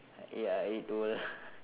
ya it will